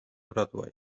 broadway